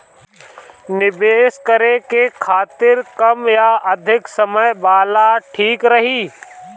निवेश करें के खातिर कम या अधिक समय वाला ठीक रही?